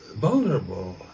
vulnerable